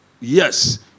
Yes